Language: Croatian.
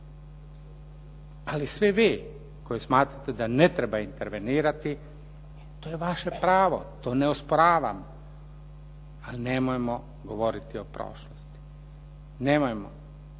Ali svi vi koji smatrate da ne treba intervenirati to je vaše pravo, to ne osporavam, ali nemojmo govoriti o prošlosti. Nemojmo.